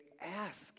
ask